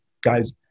guys